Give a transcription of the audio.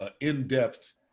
in-depth